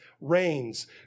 reigns